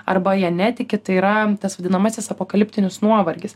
arba ja netiki tai yra tas vadinamasis apokaliptinis nuovargis